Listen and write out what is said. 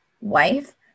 wife